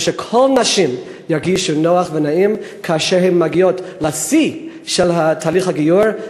וכל הנשים ירגישו נוח ונעים כאשר הן מגיעות לשיא של תהליך הגיור,